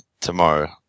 tomorrow